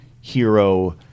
hero